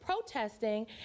protesting